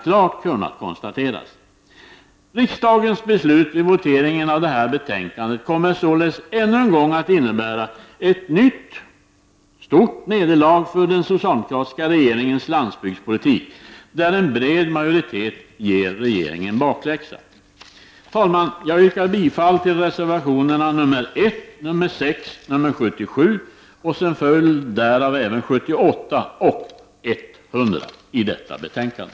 Riksdagens beslut efter den votering som följer med anledning av detta betänkande kommer således att innebära ett nytt stort nederlag för den socialdemokratiska regeringens landsbygdspolitik beträffande vilken en bred majoritet ger regeringen bakläxa. Herr talman! Jag yrkar bifall till reservationerna 1, 6, 77 och som följd därav även till reservationerna 78 och 100 i detta betänkande.